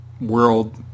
world